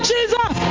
Jesus